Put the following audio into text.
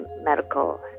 medical